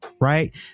right